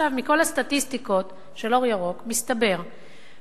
מכל הסטטיסטיקות של "אור ירוק" מסתבר,